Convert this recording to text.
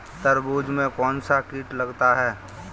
तरबूज में कौनसा कीट लगता है?